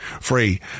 free